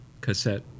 cassette